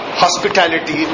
hospitality